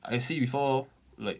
I see before like